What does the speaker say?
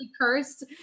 cursed